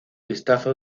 vistazo